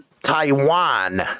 taiwan